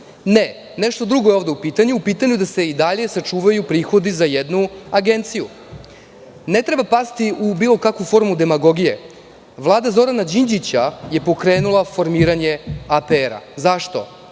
nešto drugo je ovde u pitanju. U pitanju je da se i dalje sačuvaju prihodi za jednu agenciju. Ne treba pasti u bilo kakvu formu demagogije. Vlada Zorana Đinđića je pokrenula formiranje APR. Zašto?